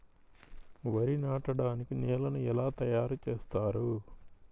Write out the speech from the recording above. వరి నాటడానికి నేలను ఎలా తయారు చేస్తారు?